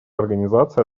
организация